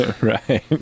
Right